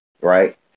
right